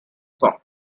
song